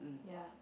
ya